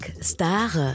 Star